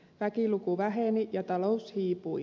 väkiluku väheni ja talous hiipui